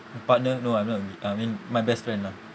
partner no I'm not I mean my best friend lah